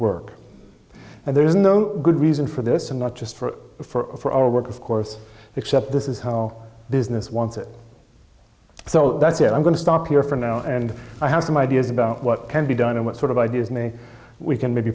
work and there is no good reason for this and not just for for our work of course except this is how business wants it so that's what i'm going to stop here for now and i have some ideas about what can be done and what sort of ideas may we can maybe